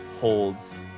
holds